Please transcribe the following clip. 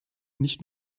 nicht